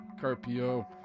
Carpio